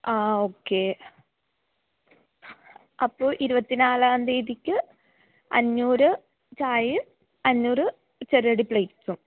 ആ ആ ഓക്കെ അപ്പോള് ഇരുപത്തിനാലാം തീയതിക്ക് അഞ്ഞൂറ് ചായയും അഞ്ഞൂറ് ചെറുകടി പ്ലേറ്റ്സും